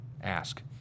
ask